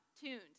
tuned